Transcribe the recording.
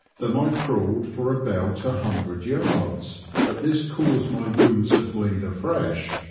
then i crawled for about a hundred yards, but this caused my wound to bleed afresh,